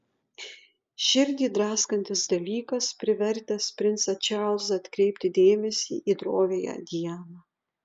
širdį draskantis dalykas privertęs princą čarlzą atkreipti dėmesį į droviąją dianą